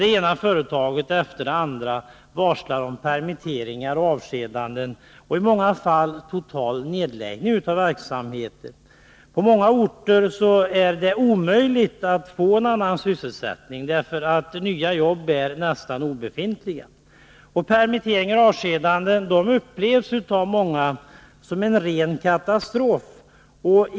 Det ena företaget efter det andra varslar om permitteringar och avskedanden och i många fall total nedläggning av verksamheten. På många orter är det omöjligt att få en annan sysselsättning, därför att nya jobb är nästan obefintliga. Permitteringar och avskedanden upplevs av många som en ren katastrof.